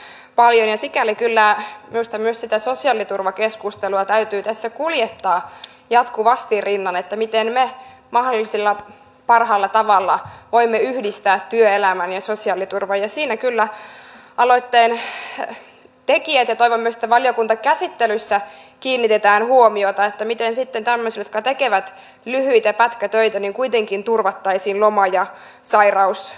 sikäli kyllä minusta myös sitä sosiaaliturvakeskustelua täytyy tässä kuljettaa jatkuvasti rinnalla miten me mahdollisimman parhaalla tavalla voimme yhdistää työelämän ja sosiaaliturvan ja siihen kyllä aloitteen tekijät kiinnittävät huomiota ja toivon myös että valiokuntakäsittelyssä kiinnitetään huomiota siihen miten sitten tämmöisille jotka tekevät lyhyitä pätkätöitä kuitenkin turvattaisiin loma ja sairauskorvaukset